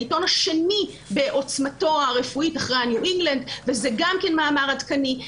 העיתון השני בעוצמתו הרפואית אחרי ה-ניו-אינגלנד וזה גם כן מאמר עדכני.